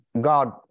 God